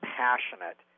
passionate